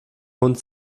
hund